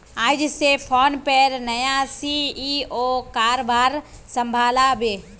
आइज स फोनपेर नया सी.ई.ओ कारभार संभला बे